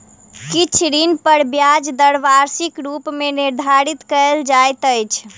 किछ ऋण पर ब्याज दर वार्षिक रूप मे निर्धारित कयल जाइत अछि